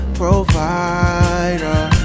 provider